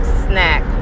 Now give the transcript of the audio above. snack